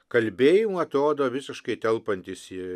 kalbėjimų atrodo visiškai telpantys į